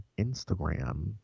Instagram